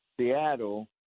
Seattle